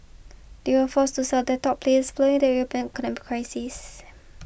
they were forced to sell their top players following the European economic crisis